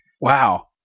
Wow